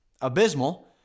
abysmal